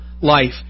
life